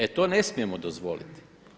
E to ne smijemo dozvoliti.